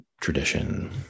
tradition